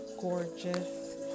gorgeous